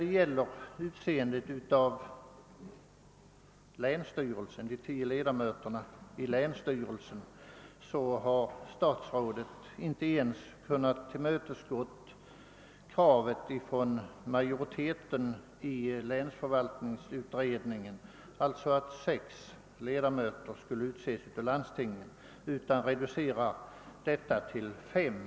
I vad gäller utseendet av de tio ledamöterna i länsstyrelsen har statsrådet emellertid inte kunnat biträda ens det förslag som lades fram av länsförvaltningsutredningens majoritet, alltså att sex ledamöter skulle utses av landstingen, utan reducerar antalet till fem.